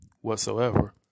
whatsoever